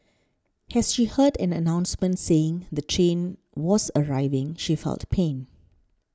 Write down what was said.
as she heard an announcement saying the train was arriving she felt pain